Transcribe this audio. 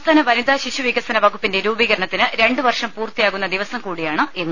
സംസ്ഥാന വനിതാ ശിശു വികസന വകുപ്പിന്റെ രൂപീകരണത്തിന് രണ്ട് വർഷം പൂർത്തിയാകുന്ന ദിവസം കൂടിയാണ് ഇന്ന്